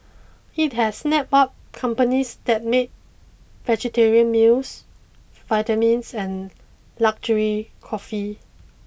it has snapped up companies that make vegetarian meals vitamins and luxury coffee